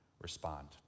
respond